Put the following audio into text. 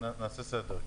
נעשה סדר.